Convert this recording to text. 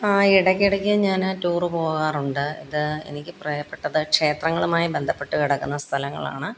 ആ ഇടക്കിടയ്ക്ക് ഞാൻ ടൂറ് പോകാറുണ്ട് അത് എനിക്ക് പ്രിയപ്പെട്ടത് ക്ഷേത്രങ്ങളുമായി ബന്ധപ്പെട്ട് കിടക്കുന്ന സ്ഥലങ്ങളാണ്